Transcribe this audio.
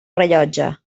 rellotge